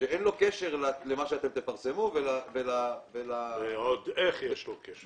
שאין לו קשר למה שתפרסמו ולדוח --- ועוד איך יש לו קשר,